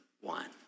one